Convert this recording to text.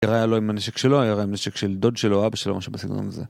הוא ירה לא עם הנשק שלו, עם הנשק של דוד שלו, אבא שלו, משהו כזה